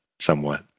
somewhat